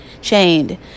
chained